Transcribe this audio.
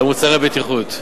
על מוצרי בטיחות.